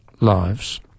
lives